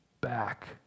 back